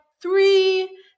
three